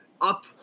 up